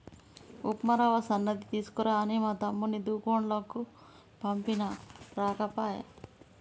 ఉప్మా రవ్వ సన్నది తీసుకురా అని మా తమ్ముణ్ణి దూకండ్లకు పంపిన ఇంకా రాకపాయె